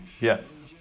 Yes